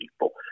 people